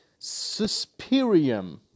Suspirium